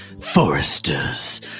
foresters